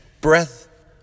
breath